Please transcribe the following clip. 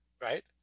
right